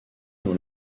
dans